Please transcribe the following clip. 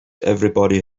everybody